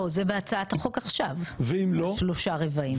לא, זה בהצעת החוק עכשיו שלושה רבעים.